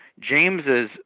James's